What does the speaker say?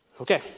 Okay